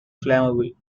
flammable